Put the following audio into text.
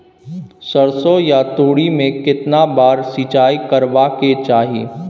सरसो या तोरी में केतना बार सिंचाई करबा के चाही?